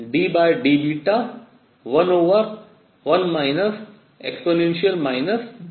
तो यह ddβ11 e βhν है